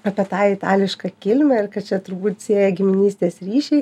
apie tą itališką kilmę ir kad čia turbūt sieja giminystės ryšiai